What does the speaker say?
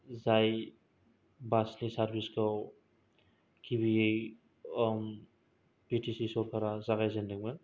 जाय बासनि सारबिसखौ गिबियै बि थि सि सरकारा जागायजेनदों मोन